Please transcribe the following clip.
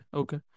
okay